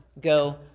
go